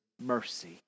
mercy